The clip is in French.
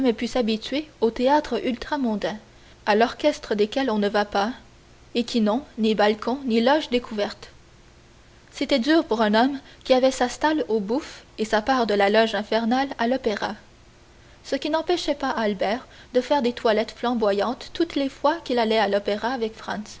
s'habituer aux théâtres ultramontains à l'orchestre desquels on ne va pas et qui n'ont ni balcons ni loges découvertes c'était dur pour un homme qui avait sa stalle aux bouffes et sa part de la loge infernale à l'opéra ce qui n'empêchait pas albert de faire des toilettes flamboyantes toutes les fois qu'il allait à l'opéra